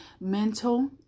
mental